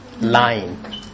lying